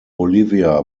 bolivia